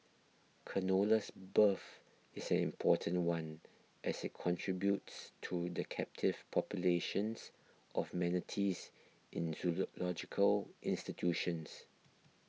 canola's birth is an important one as it contributes to the captive populations of manatees in zoological institutions